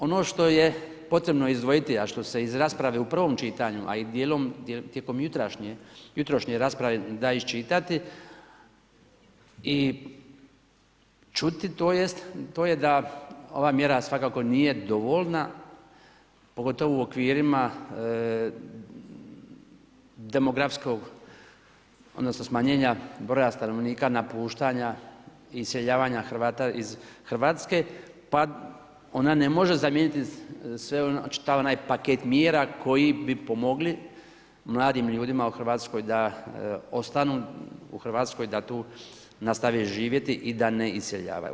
Ono što je potrebno izdvojiti, a što se iz rasprave u prvom čitanju, a dijelom tijekom jutrošnje rasprave da iščitati i čuti to je da ova mjera svakako nije dovoljna, pogotovo u okvirima demografskog odnosno smanjenja broja stanovnika napuštanja i iseljavanja Hrvata iz Hrvatske, pa ona ne može zamijeniti čitav onaj paket mjera koji bi pomogli mladim ljudima u Hrvatskoj da ostanu u Hrvatskoj da tu nastave živjeti i da ne iseljavaju.